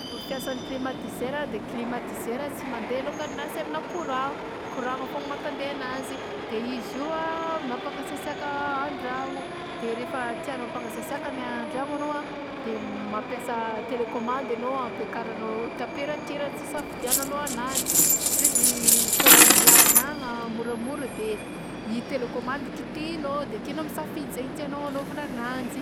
Ny fomba fiasany klimatizera, klimatizera de tsy mandeha lôngany raha tsy aminà courant: courant-gna foagnany mampandeha agnanjy de izy io a mampangasiasiaka an-dragno de rehefa tianao ampangasiasiaka ny ny an-dragno anao a de mampiasa telecommande enao a ampiakaranao temperatirany sy isafidiagnanao ananjy izy ataonao milagna-na ataonao moramora de telekomandy kitihinao de akeo enao misafidy zay tianao agnôvanao ananjy.